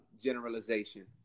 generalization